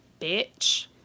Bitch